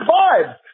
vibes